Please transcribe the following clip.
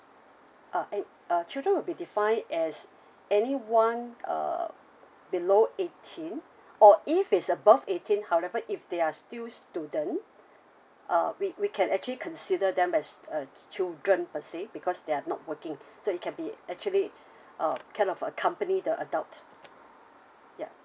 uh and uh children would be defined as anyone uh below eighteen or if it's above eighteen however if they are still student uh we we can actually consider them as uh children per se because they are not working so it can be actually uh kind of accompany the adult ya